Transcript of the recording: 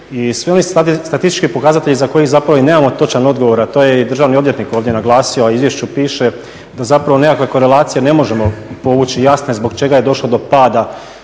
svi oni statistički pokazatelji za koje zapravo i nemamo točan odgovor, a to je i državni odvjetnik ovdje naglasio, a u izvješću piše da zapravo nekakve korelacije ne možemo povući jasne zbog čega je došlo do pada